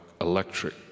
electric